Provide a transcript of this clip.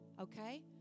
okay